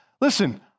Listen